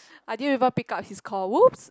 I didn't even pick up his call whoops